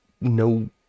no